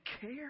care